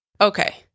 Okay